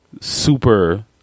super